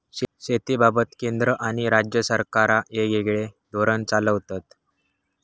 शेतीबाबत केंद्र आणि राज्य सरकारा येगयेगळे धोरण चालवतत